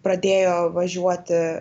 pradėjo važiuoti